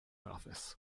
office